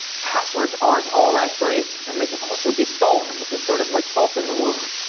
passwords aren't all that great and they can also be stolen, which is sort of like salt in the wound.